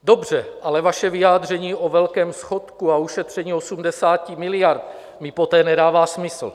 Dobře, ale vaše vyjádření o velkém schodku a ušetření 80 miliard mi poté nedává smysl.